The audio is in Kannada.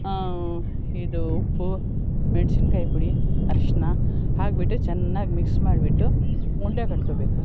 ಇದು ಉಪ್ಪು ಮೆಣ್ಸಿನ ಕಾಯಿ ಪುಡಿ ಅರಶಿನ ಹಾಕಿಬಿಟ್ಟು ಚೆನ್ನಾಗಿ ಮಿಕ್ಸ್ ಮಾಡಿಬಿಟ್ಟು ಉಂಡೆ ಕಟ್ಕೋಬೇಕು